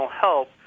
help